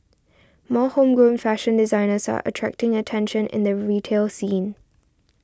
more homegrown fashion designers are attracting attention in the retail scene